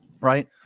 Right